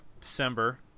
December